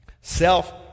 Self